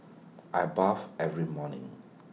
I bathe every morning